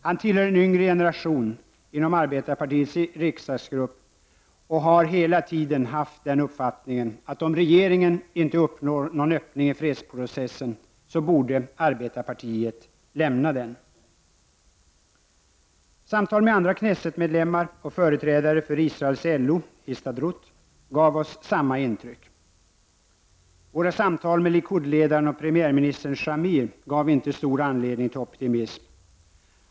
Han tillhör en yngre generation inom arbetarpartiets riksdagsgrupp och har hela tiden haft uppfattningen att arbetarpartiet bör lämna regeringen om regeringen inte uppnår en öppning i fredsprocessen. Samtal med andra knessetmedlemmar och företrädare för Histadrut, den israeliska motsvarigheten till LO, gav samma intryck. Våra samtal med likudledaren, premiärminister Shamir, gav oss inte stor anledning till optimism.